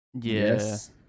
Yes